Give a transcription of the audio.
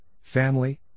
family